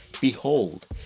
Behold